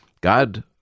God